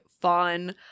fun